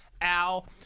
Al